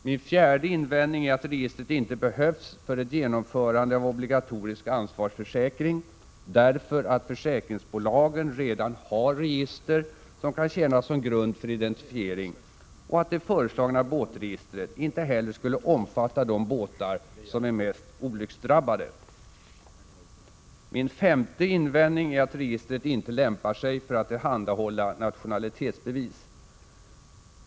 Min fjärde invändning är att registret inte behövs för ett genomförande av obligatorisk ansvarsförsäkring, därför att försäkringsbolagen redan har register som kan tjäna som grund för identifiering och att det föreslagna båtregistret inte heller skulle omfatta de båtar som är mest olycksdrabbade. Min femte invändning är att registret inte lämpar sig för att tillhandahålla nationalitetsbevis.